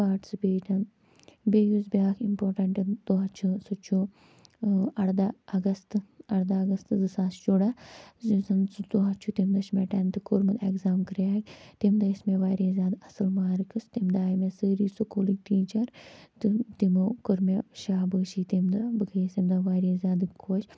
participation بیٚیہِ یُس بیاکھ اِمپاٹَنٛٹ دۄہ چھُ سُہ چھُ اَرداہ اگست اَرداہ اگست زٕ ساس شراہ یُس زَنہٕ سُہ دۄہ چھُ تٔمۍ دۄہ چھُ مےٚ ٹیٚنتھ کوٚرمُت ایٚگزام کریک تٔمۍ دۄہ ٲسۍ مےٚ واریاہ زیادٕ اصٕل مارٕکَس تٔمۍ دۄہ آیہِ مےٚ سٲری سکوٗلٕکۍ ٹیٖچَر تہٕ تِمَو کٔر مےٚ شابٲشی تٔمۍ دۄہ بہٕ گٔیَس تٔمۍ دۄہ واریاہ زیادٕ خۄش